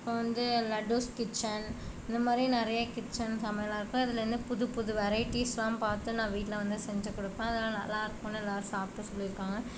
இப்போ வந்து லட்டுஸ் கிச்சன் இந்த மாதிரி நிறைய கிச்சன் சமையலெல்லாம் இருக்கும் இதில் இருந்து புது புது வெரைட்டிஸ்செல்லாம் பார்த்து நான் வீட்டில் வந்து செஞ்சு கொடுப்பேன் அதெல்லாம் நல்லா இருக்கும்னு எல்லாேரும் சாப்பிட்டு சொல்லி இருக்காங்க